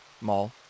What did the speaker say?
mall